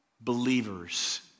believers